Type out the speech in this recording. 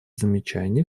замечаний